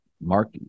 Mark